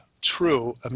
True